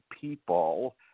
people